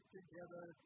together